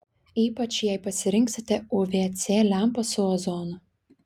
ypač jei pasirinksite uv c lempą su ozonu